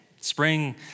spring